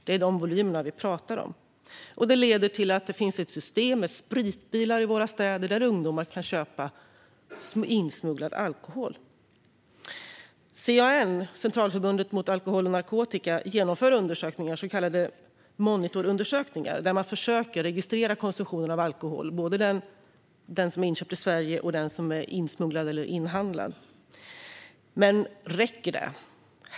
Det är sådana volymer vi talar om. Det leder till ett system med spritbilar i våra städer, där ungdomar kan köpa insmugglad alkohol. CAN, Centralförbundet för alkohol och narkotikaupplysning, genomför så kallade monitorundersökningar där man försöker registrera konsumtionen av alkohol, både den som är inköpt i Sverige och den som är insmugglad eller inhandlad. Men räcker det?